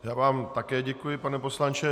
Já vám také děkuji, pane poslanče.